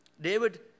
David